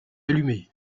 allumée